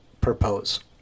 propose